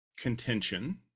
contention